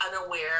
unaware